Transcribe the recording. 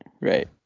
right